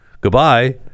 Goodbye